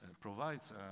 provides